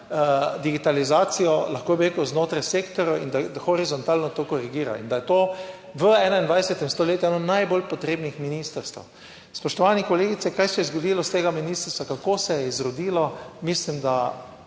vsaj digitalizacijo, lahko bi rekel znotraj sektorjev in horizontalno to korigira, in da je to v 21. stoletju eno najbolj potrebnih ministrstev. Spoštovane kolegice, kaj se je zgodilo s tega ministrstva, kako se je izrodilo, mislim, da